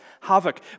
havoc